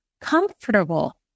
comfortable